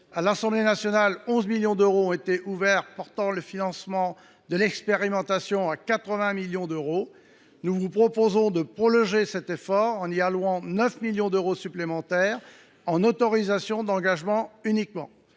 à l’Assemblée nationale, 11 millions d’euros de crédits ont été ouverts, portant le financement de l’expérimentation à 80 millions d’euros. Mes chers collègues, nous vous proposons de prolonger cet effort, en allouant 9 millions d’euros supplémentaires, en autorisations d’engagement uniquement.